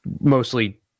Mostly